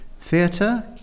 Theatre